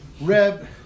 Reb